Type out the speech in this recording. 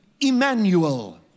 Emmanuel